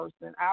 person